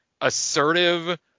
assertive